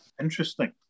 Interesting